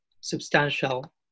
substantial